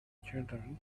children